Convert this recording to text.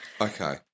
Okay